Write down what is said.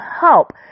help